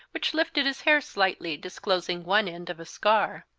which lifted his hair slightly, disclosing one end of a scar.